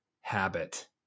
habit